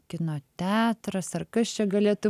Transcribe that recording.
kino teatras ar kas čia galėtų